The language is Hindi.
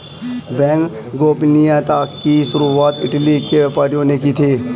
बैंक गोपनीयता की शुरुआत इटली के व्यापारियों ने की थी